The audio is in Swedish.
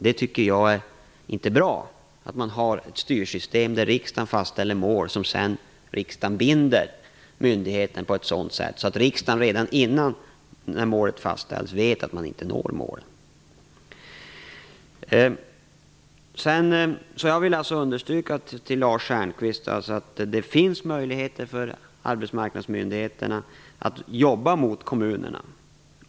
Jag tycker inte att det är bra att man har ett styrsystem där riksdagen fastställer mål som sedan binder myndigheten, trots att riksdagen redan innan vet att målen inte kommer att nås. Sedan vill jag för Lars Stjernkvist understryka att det finns möjligheter för arbetsmarknadsmyndigheterna att jobba i samverkan med kommunerna.